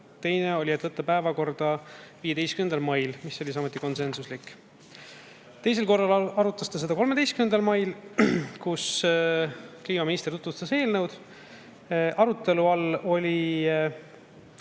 teine oli võtta [eelnõu] päevakorda 15. mail, samuti konsensuslik. Teisel korral arutasime seda 13. mail, kui kliimaminister tutvustas eelnõu. Arutelu all oli